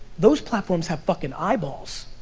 those platforms have fucking eyeballs.